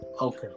Okay